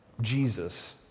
Jesus